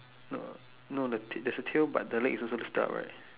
no no there there's a tail but the leg's also lifted up right